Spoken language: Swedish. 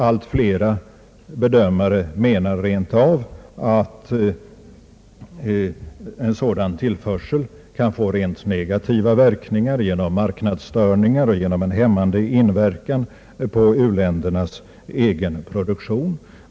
Allt fler bedömare menar rent av att en sådan tillförsel kan få direkt negativa verkningar genom marknadsstörningar och genom en hämmande inverkan på u-ländernas egen produktion.